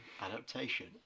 Adaptation